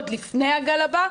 עוד לפני הגל הבא.